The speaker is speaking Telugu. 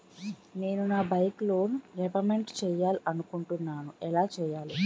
నేను నా బైక్ లోన్ రేపమెంట్ చేయాలనుకుంటున్నా ఎలా చేయాలి?